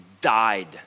died